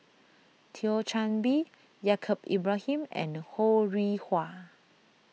Thio Chan Bee Yaacob Ibrahim and Ho Rih Hwa